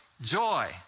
joy